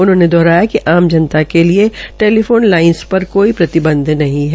उन्होंने दोहराया कि आम जनता के लिए टैलीफोन लाईनस पर कोई प्रतिबंध नहीं है